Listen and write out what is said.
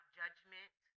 judgment